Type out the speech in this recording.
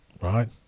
Right